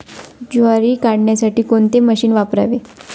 ज्वारी काढण्यासाठी कोणते मशीन वापरावे?